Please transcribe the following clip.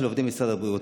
של עובדי משרד הבריאות.